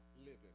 living